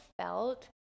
felt